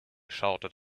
shouted